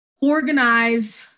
organize